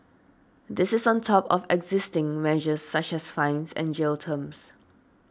this is on top of existing measures such as fines and jail terms